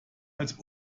als